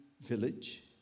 village